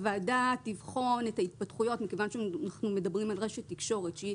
הוועדה תבחן את ההתפתחויות מכיוון שאנחנו מדברים על רשת תקשורת שהיא